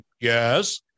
yes